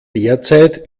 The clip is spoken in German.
derzeit